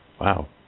wow